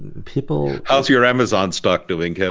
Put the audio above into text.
people how's your amazon stock doing, kevin?